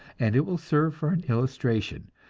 and it will serve for an illustration,